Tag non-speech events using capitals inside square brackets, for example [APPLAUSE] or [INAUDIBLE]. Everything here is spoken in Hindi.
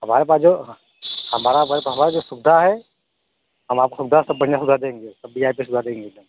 हमारे पास जो हमारा [UNINTELLIGIBLE] हमारी जो सुविधा है हम आपको वी आई पी बढ़िया सुविधा देंगे